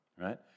Right